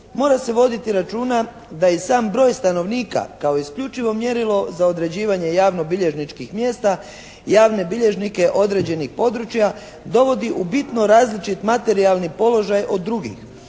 mora se voditi računa da i sam broj stanovnika kao isključivo mjerilo za određivanje javnobilježničkih mjesta javne bilježnike određenih područja dovodi u bitno različit materijalni položaj od drugih.